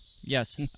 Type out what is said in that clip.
Yes